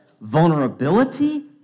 vulnerability